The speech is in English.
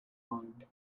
mind